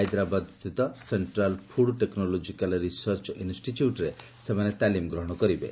ହାଇଦ୍ରାବାଦ ସ୍ବିତ central food technological research ଇନ୍ଷ୍ଚ୍ୟୁଟ୍ରେ ସେମାନେ ତାଲିମ୍ ଗ୍ରହଶ କରିବେ